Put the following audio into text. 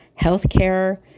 healthcare